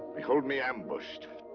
behold me ambushed,